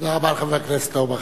תודה רבה לחבר הכנסת אורבך.